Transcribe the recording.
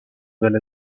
well